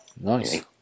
Nice